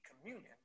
communion